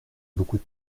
beaucoup